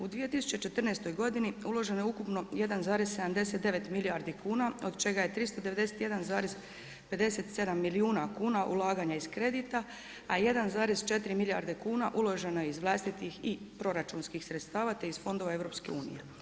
U 2014. uloženo je ukupno 1,79 milijardi kn, od čega je 391,57 milijuna kuna ulaganje iz kredita, a 1,4 milijarde kuna u loženo je iz vlastitih i proračunskih sredstava te iz fondova EU.